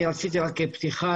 אתה רואה את ההתגייסות של כל כולנו.